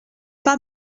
pas